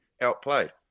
outplayed